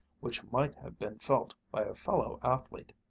which might have been felt by a fellow-athlete